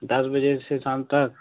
दस बजे से शाम तक